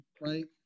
right